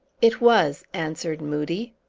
it was, answered moodie.